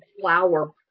flower